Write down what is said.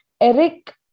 Eric